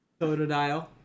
Totodile